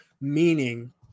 meaning